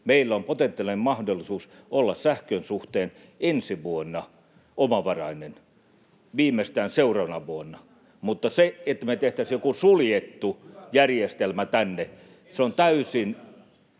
meillä on potentiaalinen mahdollisuus olla sähkön suhteen ensi vuonna omavarainen, viimeistään seuraavana vuonna. Mutta se, että me tehtäisiin joku suljettu järjestelmä tänne, [Välihuutoja